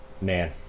man